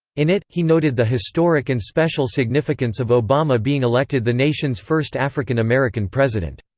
in it, he noted the historic and special significance of obama being elected the nation's first african american president.